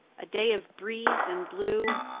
a day of breeze and blue,